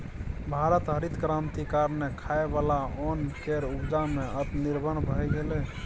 भारत हरित क्रांति कारणेँ खाइ बला ओन केर उपजा मे आत्मनिर्भर भए गेलै